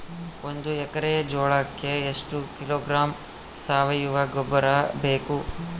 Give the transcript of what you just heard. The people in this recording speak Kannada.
ಒಂದು ಎಕ್ಕರೆ ಜೋಳಕ್ಕೆ ಎಷ್ಟು ಕಿಲೋಗ್ರಾಂ ಸಾವಯುವ ಗೊಬ್ಬರ ಬೇಕು?